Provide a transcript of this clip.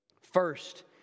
First